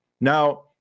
Now